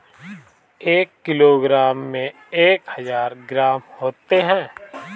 एक किलोग्राम में एक हजार ग्राम होते हैं